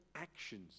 actions